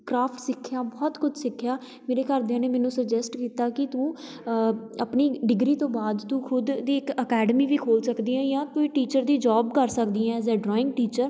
craft ਸਿੱਖਿਆ ਬਹੁਤ ਕੁਛ ਸਿੱਖਿਆ ਮੇਰੇ ਘਰਦਿਆਂ ਨੇ ਮੈਨੂੰ ਸੁਜੈਸਟ ਕੀਤਾ ਕਿ ਤੂੰ ਆਪਣੀ ਡਿਗਰੀ ਤੋਂ ਬਾਅਦ ਤੂੰ ਖੁਦ ਦੀ ਇੱਕ ਅਕੈਡਮੀ ਵੀ ਖੋਲ੍ਹ ਸਕਦੀ ਹੈ ਜਾਂ ਕੋਈ ਟੀਚਰ ਦੀ ਜੋਬ ਕਰ ਸਕਦੀ ਹੈ ਐਜ਼ ਆ ਡਰੋਇੰਗ ਟੀਚਰ